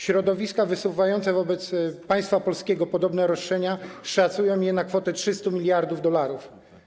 Środowiska wysuwające wobec państwa polskiego podobne roszczenia szacują je na kwotę 300 mld dolarów.